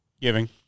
giving